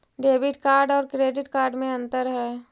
Debit card और credit card में अन्तर है?